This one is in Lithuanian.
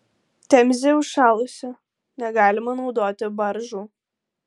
temzė užšalusi negalima naudoti baržų